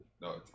No